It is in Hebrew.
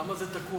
למה זה תקוע?